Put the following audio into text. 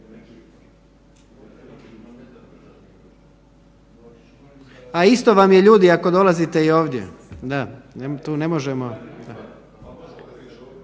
A isto vam je ljudi ako dolazite i ovdje.